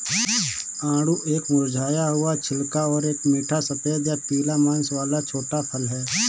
आड़ू एक मुरझाया हुआ छिलका और एक मीठा सफेद या पीला मांस वाला छोटा फल है